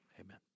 amen